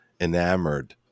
enamored